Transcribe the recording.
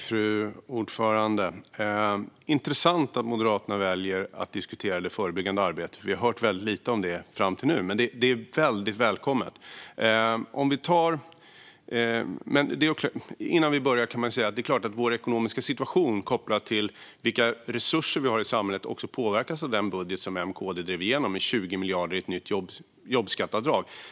Fru talman! Det är intressant att Moderaterna väljer att diskutera det förebyggande arbetet, för vi har hört väldigt lite om detta fram till nu. Men det är väldigt välkommet. Innan vi börjar kan vi säga att vår ekonomiska situation kopplat till vilka resurser vi har i samhället också påverkas av den budget som M och KD drev igenom, med 20 miljarder i ett nytt jobbskatteavdrag.